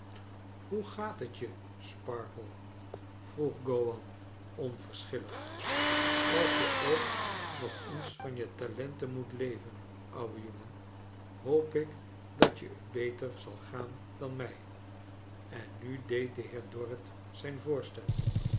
hoe gaat het je sparkler vroeg g owan onverschillig als je ook nog eens van je talenten moet leven ouwe jongeri hoop ik dat t je beter zal gaan dan mij en nu deed de heer dorrit zijn voorstel